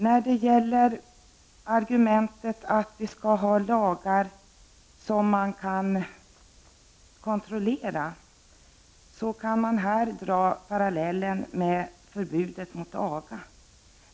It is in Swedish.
När det gäller argumentet att vi skall ha lagar som man kan kontrollera kan man dra en parallell med förbudet mot aga.